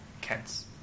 cats